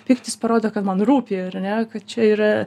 pyktis parodo kad man rūpi ar ne kad čia yra